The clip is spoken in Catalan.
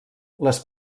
les